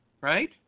right